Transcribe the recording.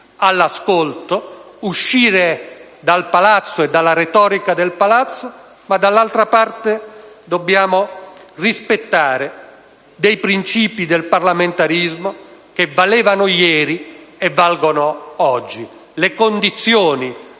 all'ascolto, uscire dal palazzo e dalla retorica del palazzo, ma allo stesso tempo dobbiamo rispettare quei princìpi del parlamentarismo che valevano ieri e valgono oggi. Perché le condizioni